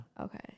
Okay